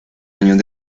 años